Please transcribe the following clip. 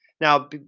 now